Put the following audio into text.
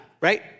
right